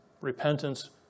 Repentance